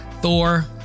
thor